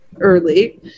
early